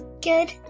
Good